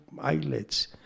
eyelids